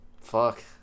Fuck